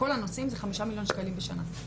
לכל הנושאים זה 5 מיליון שקלים בשנה.